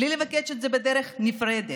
בלי לבקש את זה בדרך נפרדת.